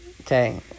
okay